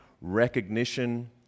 recognition